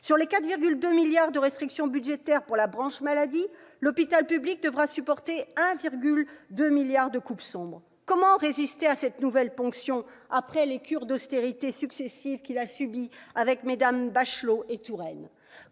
Sur les 4,2 milliards de restrictions budgétaires pour la branche maladie, l'hôpital public devra supporter 1,2 milliard de coupes sombres. Comment résister à cette nouvelle ponction après les cures d'austérité successives qu'il a subies avec Mmes Bachelot et Touraine ?